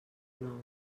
nou